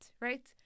right